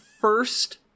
first